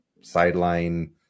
sideline